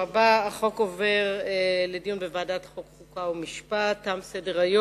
ההצעה להעביר את הצעת חוק סדר הדין הפלילי (תיקון מס' 63)